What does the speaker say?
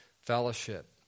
fellowship